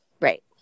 Right